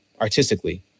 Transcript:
artistically